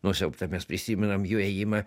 nusiaubta mes prisimenam jų ėjimą